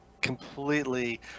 completely